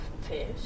Fish